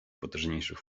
potężniejszych